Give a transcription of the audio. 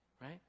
right